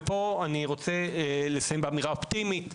ופה, אני רוצה לסיים באמירה אופטימית,